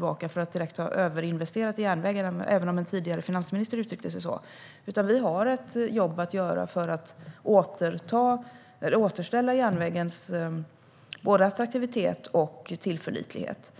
år för att ha överinvesterat i järnvägen, även om en tidigare finansminister uttryckte sig så. Vi har ett jobb att göra för att återställa järnvägens attraktivitet och tillförlitlighet.